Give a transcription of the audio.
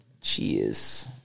Cheers